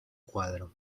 cuadro